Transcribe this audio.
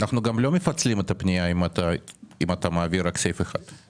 אנחנו גם לא מפצלים את הפנייה אם אתה מעביר רק סעיף אחד.